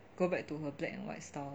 go back to her black and white style